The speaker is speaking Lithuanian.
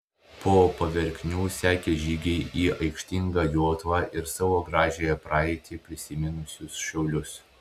po paverknių sekė žygiai į aikštingą jotvą ir savo gražiąją praeitį prisiminusius šiaulius